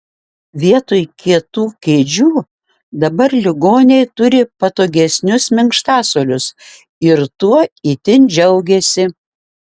vietoj kietų kėdžių dabar ligoniai turi patogesnius minkštasuolius ir tuo itin džiaugiasi